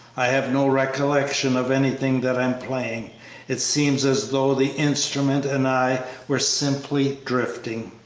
i have no recollection of anything that i am playing it seems as though the instrument and i were simply drifting.